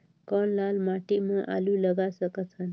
कौन लाल माटी म आलू लगा सकत हन?